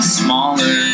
smaller